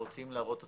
רוצים להראות הצלחה,